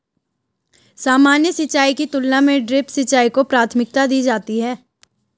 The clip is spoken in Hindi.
सामान्य सिंचाई की तुलना में ड्रिप सिंचाई को प्राथमिकता दी जाती है